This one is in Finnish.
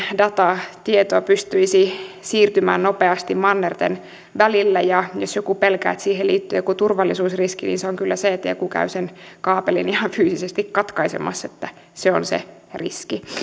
dataa tietoa pystyisi siirtymään nopeasti mannerten välillä jos joku pelkää että siihen liittyy joku turvallisuusriski niin se on kyllä se että joku käy sen kaapelin ihan fyysisesti katkaisemassa että se on se riski